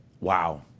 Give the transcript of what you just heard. wow